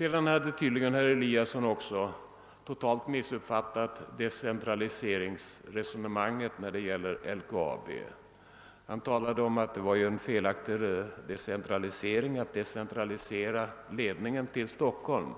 Herr Eliasson i Sundborn hade tydligen totalt missuppfattat decentraliseringsresonemanget när det gäller LKAB. Han talade om att det var felaktigt att decentralisera ledningen till Stockholm.